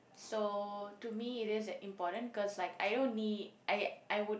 so to me it is an important cause I don't need I I would